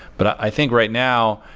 but i think, right now,